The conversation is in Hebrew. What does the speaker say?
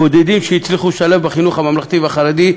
בודדים שהצליחו להשתלב בחינוך הממלכתי החרדי,